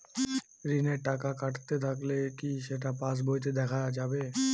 ঋণের টাকা কাটতে থাকলে কি সেটা পাসবইতে দেখা যাবে?